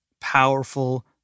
powerful